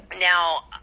Now